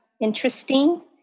interesting